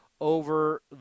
over